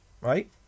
right